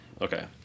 Okay